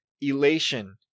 elation